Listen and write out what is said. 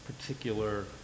particular